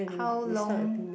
how long